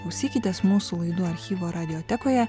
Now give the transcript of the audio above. klausykitės mūsų laidų archyvo radiotekoje